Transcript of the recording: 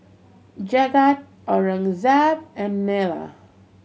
Jagat Aurangzeb and Neila